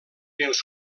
els